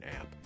app